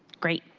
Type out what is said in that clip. great,